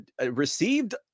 received